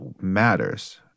matters